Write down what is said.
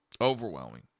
Overwhelming